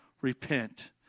repent